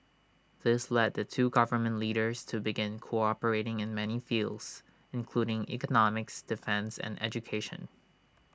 this led the two government leaders to begin cooperating in many fields including economics defence and education